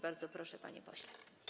Bardzo proszę, panie pośle.